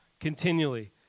continually